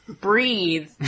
breathe